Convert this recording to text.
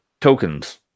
tokens